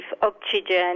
oxygen